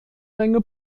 menge